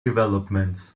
developments